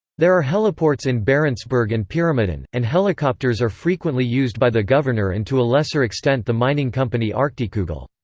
there are heliports in barentsburg and pyramiden, and helicopters are frequently used by the governor and to a lesser extent the mining company arktikugol.